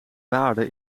waarde